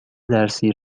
درسی